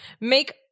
make –